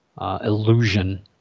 illusion